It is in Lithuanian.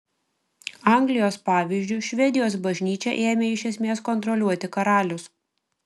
anglijos pavyzdžiu švedijos bažnyčią ėmė iš esmės kontroliuoti karalius